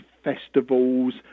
festivals